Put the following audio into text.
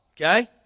okay